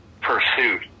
pursuit